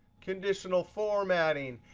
conditional formatting,